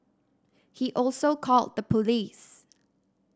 he also called the police